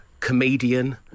comedian